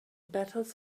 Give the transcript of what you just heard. battles